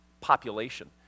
population